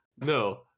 No